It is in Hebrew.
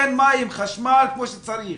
אין מים, חשמל כמו שצריך.